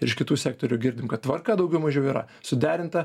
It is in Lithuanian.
ir iš kitų sektorių girdim kad tvarka daugiau mažiau yra suderinta